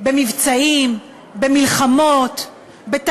בלי שוני, לא של